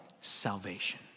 Salvation